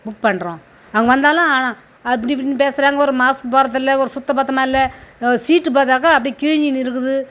book பண்ணுறோம் அவங்க வந்தாலும் அப்படி இப்படினு பேசுகிறாங்க ஒரு மாஸ்க் போடுறது இல்லை ஒரு சுத்தபத்தமாக இல்லை சீட்டு பார்த்தாக்கா அப்படியே கிழிஞ்சுனு இருக்குது